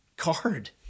card